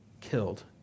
killed